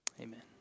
Amen